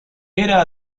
era